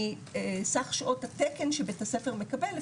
מסך שעות התקן שבית הספר מקבל,